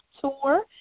Tour